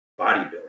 bodybuilding